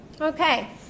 Okay